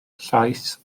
llais